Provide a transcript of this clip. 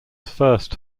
first